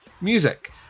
music